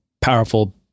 powerful